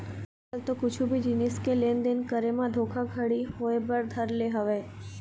आज कल तो कुछु भी जिनिस के लेन देन करे म धोखा घड़ी होय बर धर ले हवय